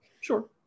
Sure